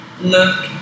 look